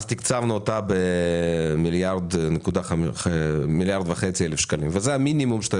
אז תקצבנו אותה במיליארד וחצי שקלים וזה המינימום שאתה